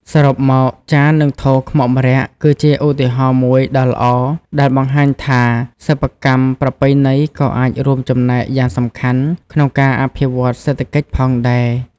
សរុបមក ចាន និងថូខ្មុកម្រ័ក្សណ៍ គឺជាឧទាហរណ៍មួយដ៏ល្អដែលបង្ហាញថា សិប្បកម្មប្រពៃណីក៏អាចរួមចំណែកយ៉ាងសំខាន់ក្នុងការអភិវឌ្ឍសេដ្ឋកិច្ចផងដែរ។